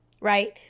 right